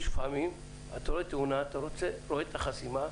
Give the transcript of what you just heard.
לפעמים אתה רואה תאונה, אתה רואה את החסימה,